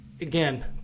Again